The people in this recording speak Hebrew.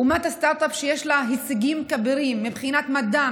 שיש לה הישגים כבירים מבחינת מדע,